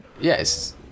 yes